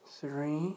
three